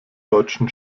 deutschen